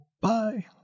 Bye